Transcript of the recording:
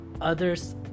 others